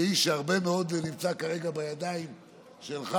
כאיש שהרבה מאוד נמצא כרגע בידיים שלך,